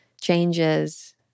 changes